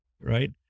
right